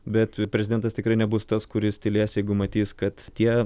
bet prezidentas tikrai nebus tas kuris tylės jeigu matys kad tie